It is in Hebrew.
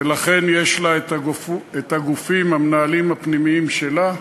ולכן יש לה גופים מנהלים פנימיים שלה.